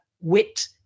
wit